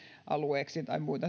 alueiksi tai muita